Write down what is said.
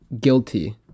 guilty